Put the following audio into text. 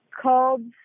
called